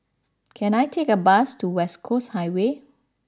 can I take a bus to West Coast Highway